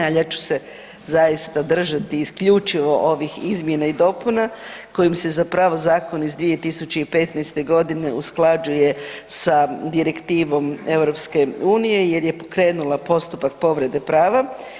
Ali ja ću se zaista držati isključivo ovih izmjena i dopuna kojim se zapravo zakon iz 2015. godine usklađuje sa Direktivom EU jer je pokrenula postupak povrede prava.